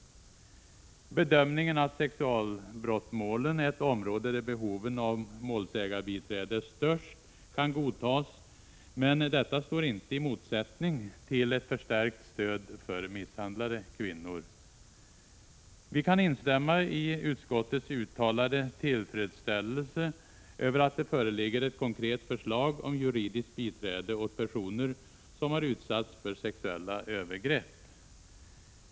1986/87:122 Bedömningen att sexualbrottsmålen är ett område där behoven av 13 maj 1987 målsägarbiträde är störst kan godtas, men detta står inte i motsättning till ett Dana förstärkt stöd för misshandlade kvinnor. Vi kan instämma i utskottets uttalade tillfredsställelse över att det föreligger ett konkret förslag om juridiskt biträde åt personer som har utsatts för sexuella övergrepp.